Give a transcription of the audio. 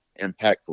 impactful